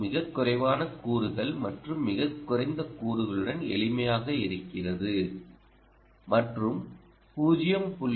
ஓ மிகக் குறைவான கூறுகள் மற்றும் மிகக் குறைந்த கூறுகளுடன் எளிமையாக இருக்கிறது மற்றும் 0